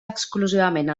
exclusivament